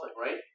right